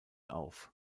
auf